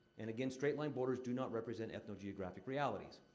and again, straight-line borders do not represent ethno-geographic realities.